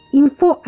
info